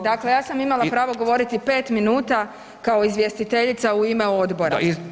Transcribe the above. Dakle ja sam imala pravo govoriti pet minuta kao izvjestiteljica u ime Odbora.